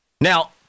Now